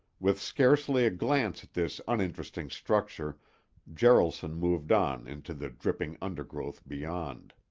with scarcely a glance at this uninteresting structure jaralson moved on into the dripping undergrowth beyond.